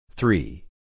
Three